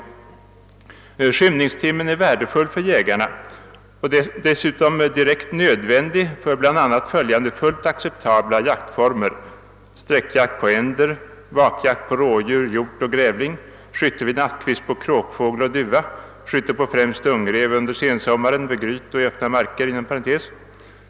Skymningstimmen är värdefull för jägarna och dessutom direkt nödvändig. för bl.a. följande fullt acceptabla jaktformer: sträckjakt på änder, vakjakt på rådjur, hjort och grävling, skytte: vid nattkvist på kråkfågel och duva, skytte på främst ungräv under sensommaren .